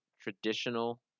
traditional